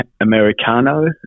Americano